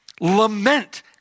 Lament